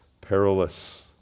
perilous